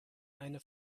eine